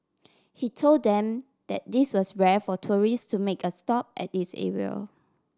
he told them that this was rare for tourists to make a stop at this area